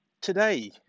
today